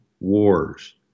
wars